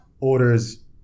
orders